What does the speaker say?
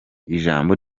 ijambo